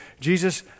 Jesus